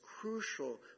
crucial